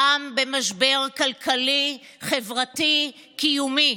העם במשבר כלכלי, חברתי, קיומי,